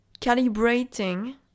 calibrating